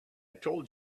told